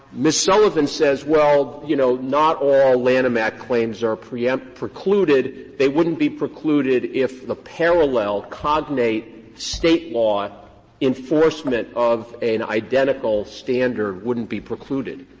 ms. sullivan says, well, you know, not all lanham act claims are preempt precluded. they wouldn't be precluded if the parallel cognate state law enforcement of an identical standard wouldn't be precluded.